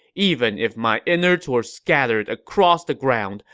even if my innards were scattered across the ground,